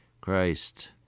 Christ